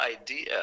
idea